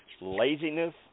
laziness